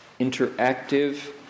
interactive